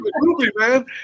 man